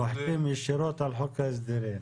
נוחתים ישירות על חוק ההסדרים.